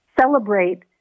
celebrate